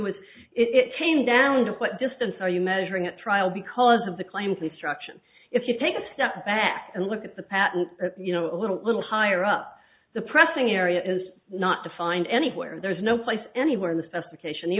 was it came down to what distance are you measuring at trial because of the claims the struction if you take a step back and look at the patent you know a little a little higher up the pressing area is not defined anywhere there's no place anywhere in the specification the